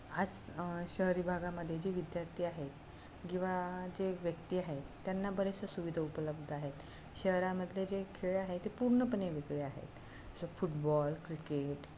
आज शहरी भाागामध्ये जे विद्यार्थी आहेत किंवा जे व्यक्ती आहेत त्यांना बऱ्याचशा सुविधा उपलब्ध आहेत शहरामधले जे खेळ आहे ते पूर्णपणे वेगळे आहेत जसं फुटबॉल क्रिकेट